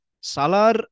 Salar